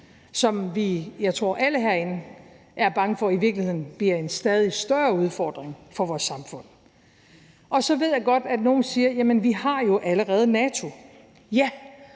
som jeg tror alle herinde er bange for i virkeligheden bliver en stadig større udfordring for vores samfund. Så ved jeg godt, at nogle siger: Jamen vi har jo allerede NATO. Ja,